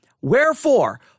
wherefore